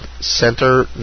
Center